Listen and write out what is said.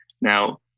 Now